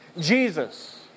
Jesus